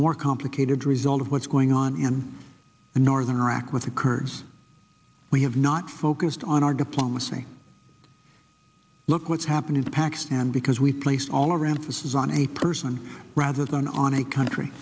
more complicated result of what's going on in northern iraq with the kurds we have not focused on our diplomacy look what's happened in pakistan because we place all around this is on a person rather than on a country